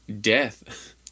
death